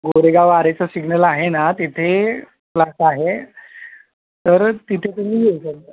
गोरेगाव आरेचा सिग्नल आहे ना तिथे क्लास आहे तर तिथे तुम्ही यायचं